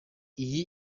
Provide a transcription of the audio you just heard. iyi